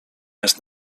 jest